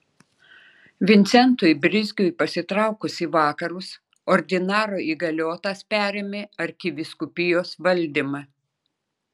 vincentui brizgiui pasitraukus į vakarus ordinaro įgaliotas perėmė arkivyskupijos valdymą